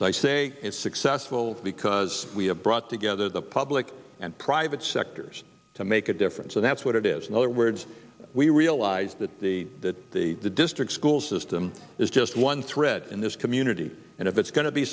so i say it's successful because we have brought together the public and private sectors to make a difference and that's what it is no other words we realize that the that the district school system is just one thread in this community and if it's going to be